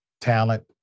talent